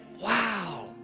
wow